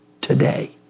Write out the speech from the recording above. today